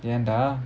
ஏண்டா:yaendaa